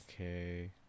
Okay